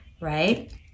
right